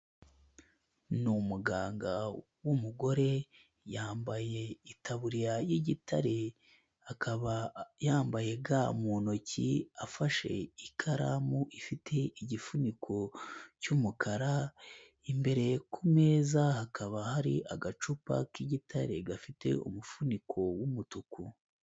Ni umuganga w'umugore yambaye itaburiya y'igitare akaba yambaye ga mu ntoki, afashe ikaramu ifite igifuniko cy'umukara, imbere ku meza hakaba hari agacupa k'igitare gafite umufuniko w'umutuku.